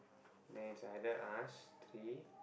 then it's either us three